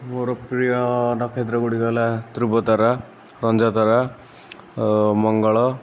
ମୋର ପ୍ରିୟ ନକ୍ଷେତ୍ର ଗୁଡ଼ିକ ହେଲା ଧ୍ରୁବତାରା ରଞ୍ଜାତାରା ମଙ୍ଗଳ